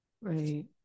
Right